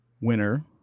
winner